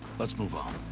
let's move on.